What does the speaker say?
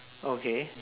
okay